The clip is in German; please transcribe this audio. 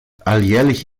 alljährlich